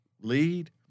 lead